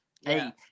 Hey